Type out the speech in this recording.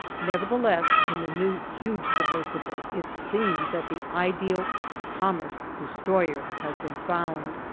nevertheless in the new huge submersible it seems that the ideal commerce-destroyer has been found.